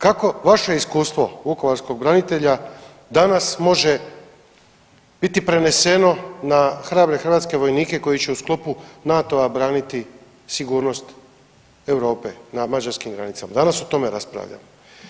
Kako vaše iskustvo vukovarskog branitelja danas može biti preneseno na hrabre hrvatske vojnike koji će u sklopu NATO-a braniti sigurnost Europe na mađarskim granicama, danas o tome raspravljamo.